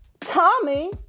Tommy